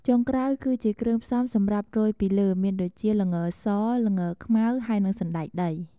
ចុងក្រោយគឺជាគ្រឿងផ្សំសម្រាប់រោយពីលើមានដូចជា ល្ងស ល្ងខ្មៅ ហើយនិងសណ្ដែកដី។